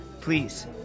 please